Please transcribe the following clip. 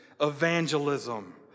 evangelism